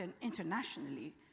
internationally